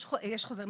כן, יש חוזר.